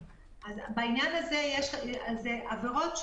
(10א) איחסן מכלי מחנאות במחסן עזר,